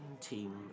team